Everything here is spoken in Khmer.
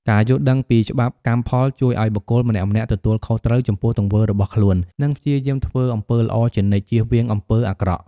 ការយល់ដឹងពីច្បាប់កម្មផល ជួយឲ្យបុគ្គលម្នាក់ៗទទួលខុសត្រូវចំពោះទង្វើរបស់ខ្លួន និងព្យាយាមធ្វើអំពើល្អជានិច្ច ជៀសវាងអំពើអាក្រក់។